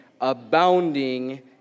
abounding